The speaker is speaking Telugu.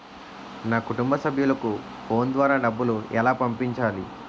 నా కుటుంబ సభ్యులకు ఫోన్ ద్వారా డబ్బులు ఎలా పంపించాలి?